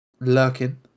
Lurking